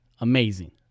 Amazing